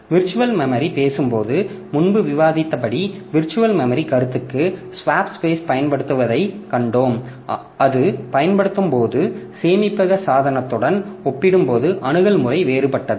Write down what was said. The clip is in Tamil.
விர்ச்சுவல் மெமரி பேசும்போது முன்பு விவாதித்தபடி விர்ச்சுவல் மெமரி கருத்துக்கு ஸ்வாப் ஸ்பேஸ் பயன்படுத்தப்படுவதைக் கண்டோம் அது பயன்படுத்தப்படும்போது சேமிப்பக சாதனத்துடன் ஒப்பிடும்போது அணுகல் முறை வேறுபட்டது